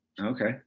Okay